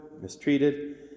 mistreated